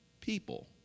people